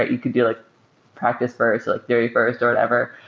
you could be like practice first, like theory first or whatever.